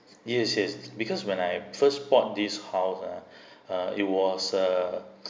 yes yes because when I first bought this house ah uh it was a